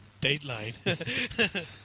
dateline